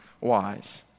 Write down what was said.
wise